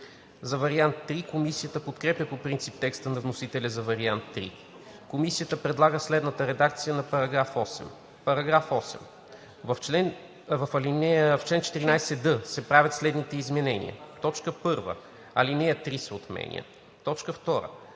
за вариант II. Комисията подкрепя по принцип текста на вносителя за вариант III. Комисията предлага следната редакция на § 8: „§ 8. В чл. 14д се правят следните изменения: 1. Алинея 3 се отменя. 2.